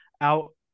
out